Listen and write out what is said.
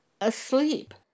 asleep